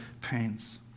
pains